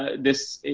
ah this,